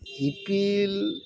ᱤᱼᱯᱤᱞ